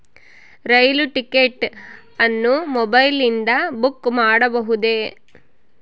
ರೈಲು ticket ಅನ್ನು ಮೊಬೈಲಿಂದ book ಮಾಡಬಹುದೆ?